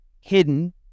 hidden